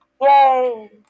Yay